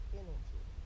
energy